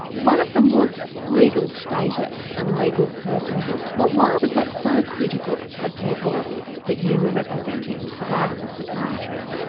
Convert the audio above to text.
one of them was legal status and legal personhood why was that so critical for people that you were representing survivors of psychiatry?